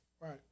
Right